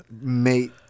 mate